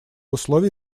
условий